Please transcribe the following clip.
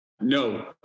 No